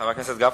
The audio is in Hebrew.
חבר הכנסת גפני.